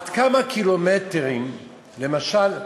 עד כמה קילומטרים, למשל,